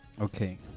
Okay